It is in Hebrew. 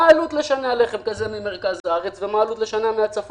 מה העלות של לחם כזה במרכז הארץ ומה העלות מהצפון?